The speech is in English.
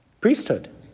priesthood